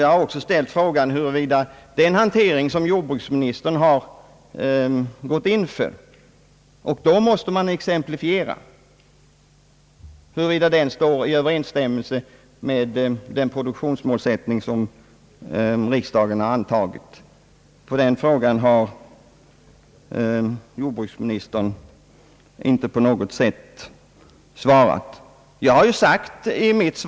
Jag har även ställt frågan huruvida den hantering som jordbruksministern har gått in för — och då måste man exemplifiera — står i Ööverensstäm melse med den produktionsmålsättning som riksdagen har antagit. På den frågan har jordbruksministern inte på något sätt svarat.